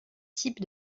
type